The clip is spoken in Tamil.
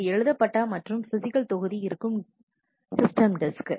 இது எழுதப்பட்ட மற்றும் பிசிக்கல் தொகுதி இருக்கும் சிஸ்டம் டிஸ்க்